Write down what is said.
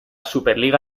superliga